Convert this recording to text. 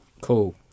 Cool